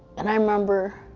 and i remember